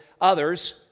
others